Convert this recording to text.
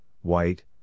white